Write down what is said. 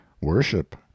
worship